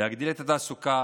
להגדיל את התעסוקה,